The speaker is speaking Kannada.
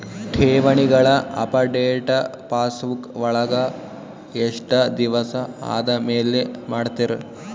ಠೇವಣಿಗಳ ಅಪಡೆಟ ಪಾಸ್ಬುಕ್ ವಳಗ ಎಷ್ಟ ದಿವಸ ಆದಮೇಲೆ ಮಾಡ್ತಿರ್?